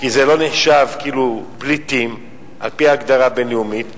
כי זה לא נחשב פליטים על-פי ההגדרה הבין-לאומית,